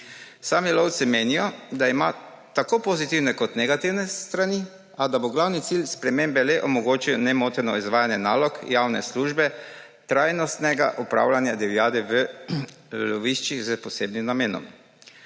Sami lovci menijo, da ima tako pozitivne kot negativne strani, a da bo glavni cilj spremembe le omogočil nemoteno izvajanje nalog javne službe trajnostnega upravljanja divjadi v loviščih s posebnim namenom.